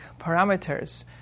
parameters